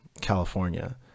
California